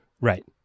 Right